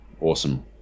awesome